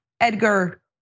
Edgar